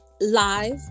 live